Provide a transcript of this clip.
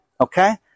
okay